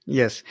Yes